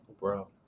Bro